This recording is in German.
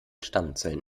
stammzellen